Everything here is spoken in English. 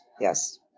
Yes